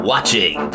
Watching